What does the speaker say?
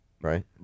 Right